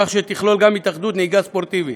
כך שתכלול גם התאחדות נהיגה ספורטיבית.